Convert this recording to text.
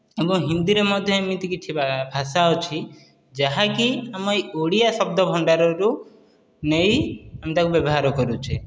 ଏବଂ ହିନ୍ଦୀରେ ମଧ୍ୟ ଏମିତି କିଛି ଭାଷା ଅଛି ଯାହାକି ଆମ ଓଡ଼ିଆ ଶବ୍ଦ ଭଣ୍ଡାରରୁ ନେଇ ଆମେ ତାହାକୁ ବ୍ୟବହାର କରୁଛେ